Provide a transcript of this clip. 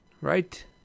right